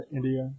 India